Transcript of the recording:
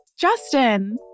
Justin